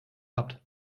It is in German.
habt